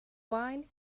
wine